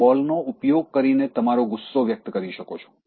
તમે બોલનો ઉપયોગ કરીને તમારો ગુસ્સો વ્યક્ત કરી શકો છો